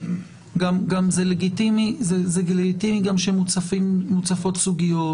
זה לגיטימי להציף סוגיות,